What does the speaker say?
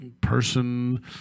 person –